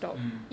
mm